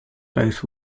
both